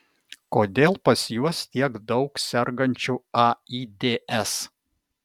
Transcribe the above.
kodėl pas juos tiek daug sergančių aids